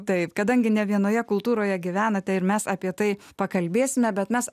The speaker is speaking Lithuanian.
taip kadangi ne vienoje kultūroje gyvenate ir mes apie tai pakalbėsime bet mes